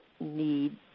need